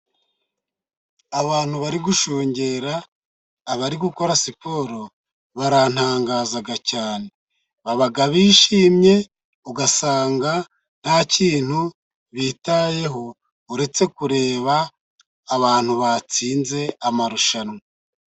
Abantu bari gushungera abari gukora siporo barantangaza cyane, baba bishimye ugasanga nta kintu bitayeho, uretse kureba abantu batsinze amarushanwa.